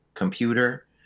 computer